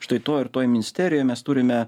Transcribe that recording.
štai toj ir toj ministerijoj mes turime